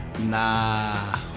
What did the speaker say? Nah